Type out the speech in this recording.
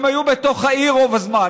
הם היו בתוך העיר רוב הזמן.